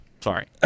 Sorry